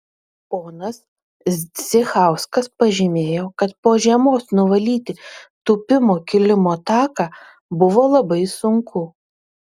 ponas zdzichauskas pažymėjo kad po žiemos nuvalyti tūpimo kilimo taką buvo labai sunku